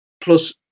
Plus